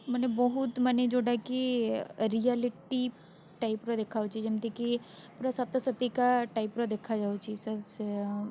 ମାନେ ବହୁତ ମାନେ ଯେଉଁଟା କି ରିୟାଲିଟି ଟାଇପର ଦେଖାଯାଉଛି ଯେମିତିକି ପୁରା ସତସତିକା ଟାଇପର ଦେଖାଯାଉଛି ସେ